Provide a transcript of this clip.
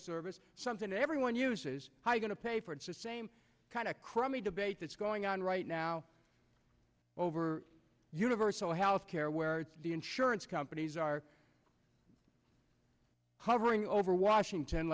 service something everyone uses high going to pay for it's the same kind of crummy debate that's going on right now over universal health care where the insurance companies are hovering over washington